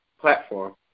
platform